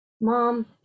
Mom